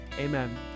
Amen